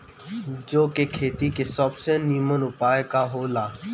जौ के खेती के सबसे नीमन उपाय का हो ला?